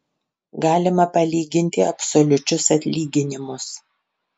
galima palyginti absoliučius atlyginimus